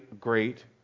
great